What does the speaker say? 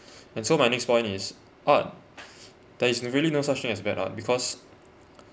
and so my next point is art there is really no such thing as bad art because